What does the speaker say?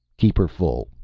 keep her full.